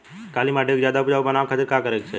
काली माटी के ज्यादा उपजाऊ बनावे खातिर का करे के चाही?